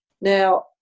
Now